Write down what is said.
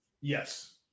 Yes